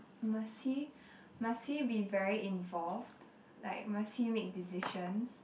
must he must he be very involved like must he make decisions